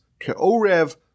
ke'orev